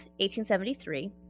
1873